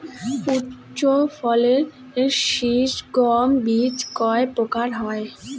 উচ্চ ফলন সিল গম বীজ কয় প্রকার হয়?